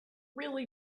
really